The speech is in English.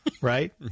right